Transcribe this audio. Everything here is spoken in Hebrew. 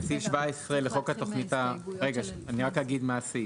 זה סעיף 17 לחוק התוכנית, אני רק אגיד מה הסעיף.